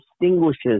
distinguishes